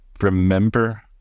remember